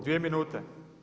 Dvije minute.